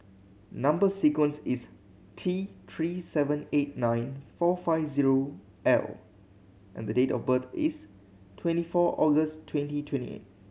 number sequence is T Three seven eight nine four five zero L and the date of birth is twenty four August twenty twenty eight